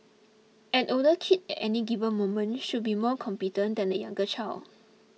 an older kid any given moment should be more competent than a younger child